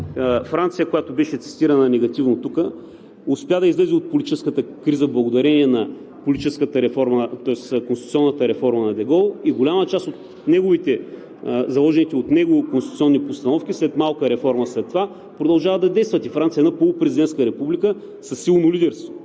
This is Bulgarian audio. Франция, която беше цитирана негативно тук, успя да излезе от политическата криза, благодарение на конституционната реформа на Дьо Гол и голяма част на заложените от него конституционни постановки след малка реформа след това продължават да действат и Франция е една полупрезидентска република със силно лидерство.